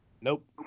Nope